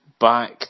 back